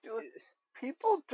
People